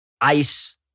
ICE